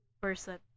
person